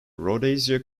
rhodesia